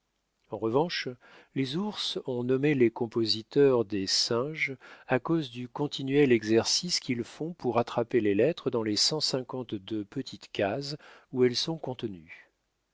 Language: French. en revanche les ours ont nommé les compositeurs des singes à cause du continuel exercice qu'ils font pour attraper les lettres dans les cent cinquante-deux petites cases où elles sont contenues